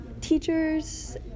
teachers